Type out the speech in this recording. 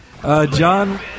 John